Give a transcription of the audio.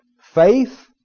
faith